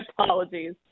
apologies